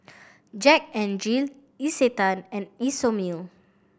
Jack N Jill Isetan and Isomil